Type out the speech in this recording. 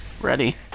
Ready